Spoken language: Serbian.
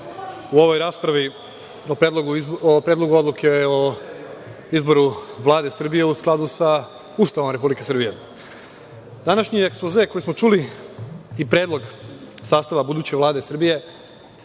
u ovoj raspravi o Predlogu odluke o izboru Vlade Srbije, u skladu sa Ustavom Republike Srbije. Današnji ekspoze koji smo čuli i predlog sastava buduće Vlade Srbije